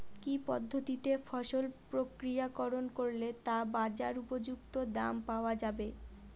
কি পদ্ধতিতে ফসল প্রক্রিয়াকরণ করলে তা বাজার উপযুক্ত দাম পাওয়া যাবে?